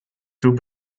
too